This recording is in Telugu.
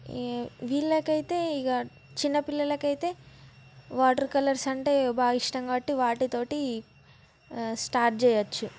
వీళ్ళకైతే ఇక చిన్నపిల్లలకు అయితే వాటర్ కలర్స్ అంటే బాగా ఇష్టం కాబట్టి వాటితోటి స్టార్ట్ చేయచ్చు